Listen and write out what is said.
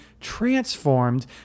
transformed